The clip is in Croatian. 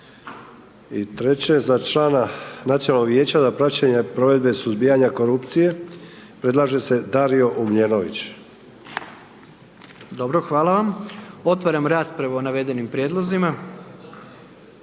I treće za člana Nacionalnog vijeća za praćenje provedbe suzbijanja korupcije, predlaže se Dario Omljenović. **Jandroković, Gordan (HDZ)** Dobro, hvala vam. Otvaram raspravu o navedenim prijedlozima.